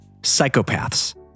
Psychopaths